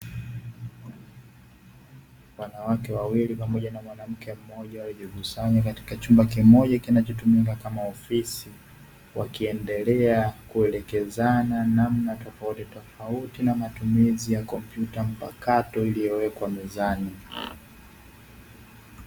Wanawake wawili pamoja na mwanamke mmoja waliojikusanya katika chumba kimoja kinachotumika kama ofisi, wakiendelea kuelekezana namna tofautitofauti na matumizi ya kompyuta mpakato iliyowekwa mezani.